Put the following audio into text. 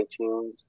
iTunes